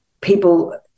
people